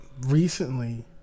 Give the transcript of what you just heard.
recently